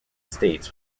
states